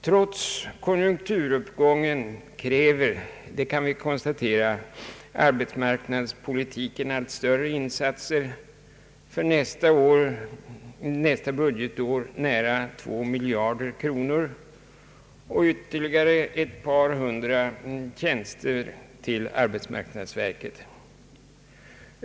Trots konjunkturuppgången kräver, såsom vi kan konstatera, arbetsmarknadspolitiken allt större insatser — för nästa budgetår nästan två miljarder kronor och ytterligare ett par hundra tjänster till arbetsmarknadsverket.